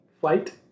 flight